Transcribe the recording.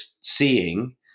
seeing